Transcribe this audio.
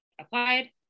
applied